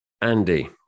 Andy